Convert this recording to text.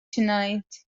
tonight